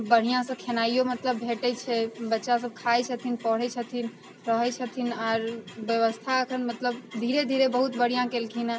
बढ़िआँसँ खेनाइओ मतलब भेटै छै बच्चासब खाइ छथिन पढ़ै छथिन रहै छथिन आओर बेबस्था एखन मतलब धीरे धीरे बहुत बढ़िआँ केलखिन हेँ